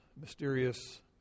mysterious